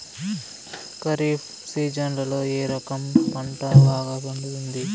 ఖరీఫ్ సీజన్లలో ఏ రకం పంట బాగా పండుతుంది